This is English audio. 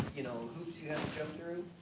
you know, hoops you have to jump through.